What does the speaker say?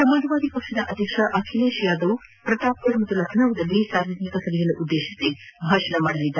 ಸಮಾಜವಾದಿ ಪಕ್ಷದ ಅಧ್ಯಕ್ಷ ಅಖಿಲೇಶ್ ಯಾದವ್ ಪ್ರತಾಪ್ಗಢ ಹಾಗೂ ಲಖನೌನಲ್ಲಿ ಸಾರ್ವಜನಿಕ ಸಭೆಯನ್ನು ಉದ್ದೇಶಿಸಿ ಭಾಷಣ ಮಾಡಲಿದ್ದಾರೆ